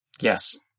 Yes